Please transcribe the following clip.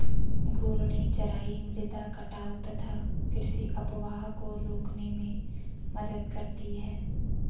घूर्णी चराई मृदा कटाव तथा कृषि अपवाह को रोकने में मदद करती है